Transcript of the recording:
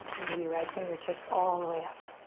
maybe right fingertips all the way up.